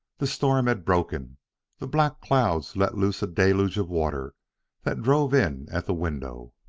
the storm had broken the black clouds let loose a deluge of water that drove in at the window.